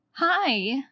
Hi